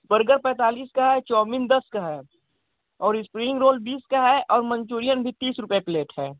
burger पैंतालीस का है चोमीन दस का है और स्प्रिंग रोल बीस का है और मंचुरियन भी तीस रुपये प्लेट है